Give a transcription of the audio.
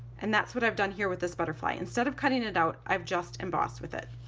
and that's what i've done here with this butterfly. instead of cutting it out i've just embossed with it.